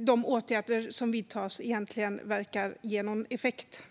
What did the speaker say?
de åtgärder som vidtas verkar ge någon egentlig effekt.